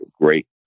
great